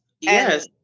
Yes